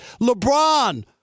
LeBron